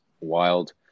wild